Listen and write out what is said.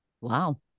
Wow